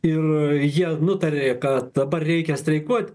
ir jie nutarė kad dabar reikia streikuot